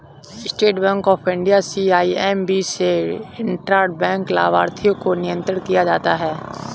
state bank of India CIMB से intra bank लाभार्थी को नियंत्रण किया जाता है